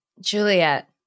Juliet